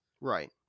Right